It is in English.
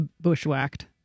Bushwhacked